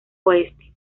oeste